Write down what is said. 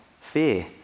fear